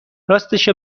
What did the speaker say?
راستشو